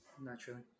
Naturally